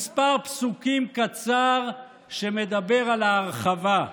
כמה פסוקים קצרים שמדבר על ההרחבה: